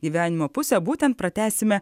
gyvenimo pusę būtent pratęsime